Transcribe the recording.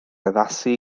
addasu